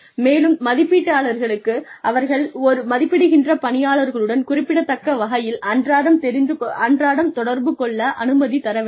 மேலும் மதிப்பீட்டாளர்களுக்கு அவர்கள் மதிப்பிடுகின்ற பணியாளர்களுடன் குறிப்பிடத்தக்க வகையில் அன்றாடம் தொடர்பு கொள்ள அனுமதி தர வேண்டும்